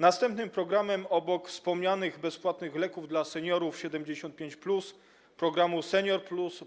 Następnym programem obok wspomnianych bezpłatnych leków dla seniorów 75+, programu „Senior+”,